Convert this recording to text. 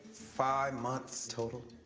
five months total.